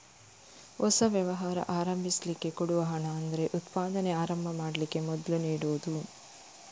ಹೊಸ ವ್ಯವಹಾರ ಆರಂಭಿಸ್ಲಿಕ್ಕೆ ಕೊಡುವ ಹಣ ಅಂದ್ರೆ ಉತ್ಪಾದನೆ ಆರಂಭ ಮಾಡ್ಲಿಕ್ಕೆ ಮೊದ್ಲು ನೀಡುದು